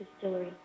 Distillery